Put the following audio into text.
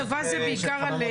הצבא זה בעיקר על --- יש את חממות